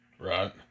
right